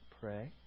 Pray